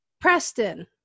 Preston